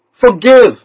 Forgive